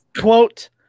Quote